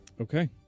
Okay